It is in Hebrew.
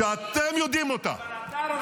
הממשלה.